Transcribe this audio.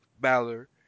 balor